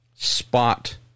spot